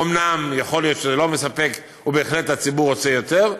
אומנם יכול להיות שזה לא מספק ובהחלט הציבור רוצה יותר,